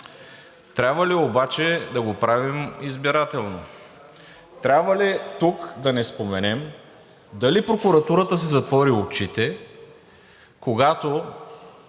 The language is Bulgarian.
Трябва ли обаче да го правим избирателно? Трябва ли тук да не споменем дали прокуратурата си затвори очите, когато